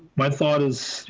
my thought is,